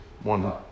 one